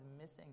missing